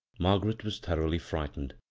margaret was thoroughly frightened.